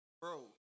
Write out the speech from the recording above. Bro